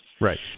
Right